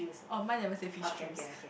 oh my level say peach juice